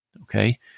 Okay